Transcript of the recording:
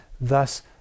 Thus